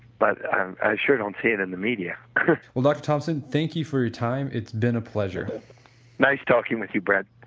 but i sure don't see in the media well, dr. thompson thank you for your time, it's been a pleasure nice talking with you brett,